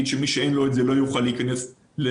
שמי שאין לו את זה לא יוכל להיכנס לחנויות.